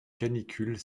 canicule